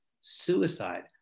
suicide